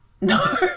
no